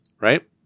Right